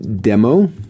Demo